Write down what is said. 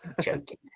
Joking